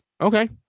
Okay